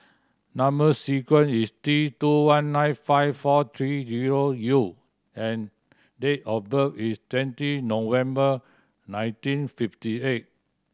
number sequence is T two one nine five four three zero U and date of birth is twenty November nineteen fifty eight